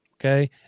Okay